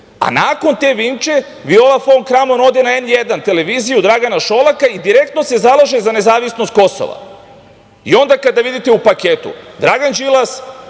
a nakon te Vinče, Viola fon Kramon ode na N1 televiziju Dragana Šolaka i direktno se zalaže za nezavisnost Kosova i onda kada vidite u paketu Dragan Đilas,